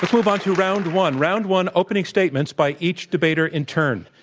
move on to round one, round one opening statements by each debater in turn.